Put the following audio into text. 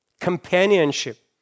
companionship